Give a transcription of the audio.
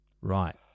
Right